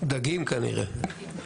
דגים כנראה.